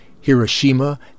Hiroshima